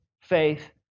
faith